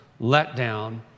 letdown